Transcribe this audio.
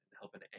helping